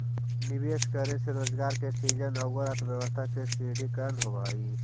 निवेश करे से रोजगार के सृजन औउर अर्थव्यवस्था के सुदृढ़ीकरण होवऽ हई